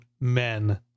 men